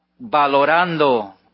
valorando